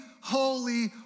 holy